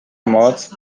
moc